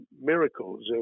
miracles